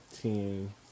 ten